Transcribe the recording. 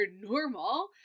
normal